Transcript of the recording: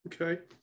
Okay